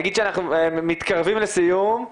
אנחנו מתקרבים לסיום.